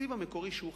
התקציב המקורי שהוכן,